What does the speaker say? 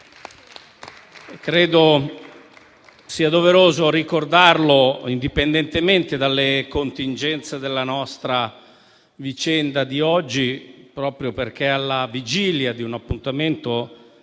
Credo sia doveroso ricordarlo, indipendentemente dalle contingenze della nostra vicenda di oggi, proprio perché, alla vigilia di un appuntamento